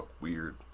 weird